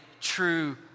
true